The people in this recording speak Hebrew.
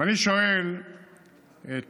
ואני שואל את